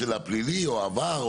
של הפלילי או העבר,